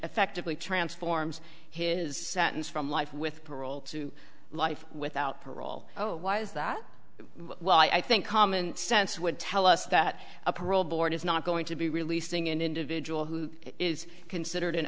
effectively transforms his sentence from life with parole to life without parole oh why is that why i think common sense would tell us that a parole board is not going to be releasing an individual who is considered an